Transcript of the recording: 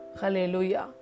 Hallelujah